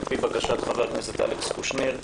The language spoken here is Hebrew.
על פי בקשת חבר הכנסת אלכס קושניר.